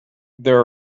there